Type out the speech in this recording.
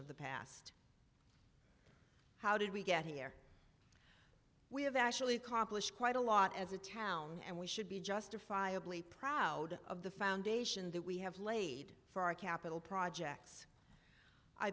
of the past how did we get here we have actually accomplished quite a lot as a town and we should be justifiably proud of the foundation that we have laid for our capital projects i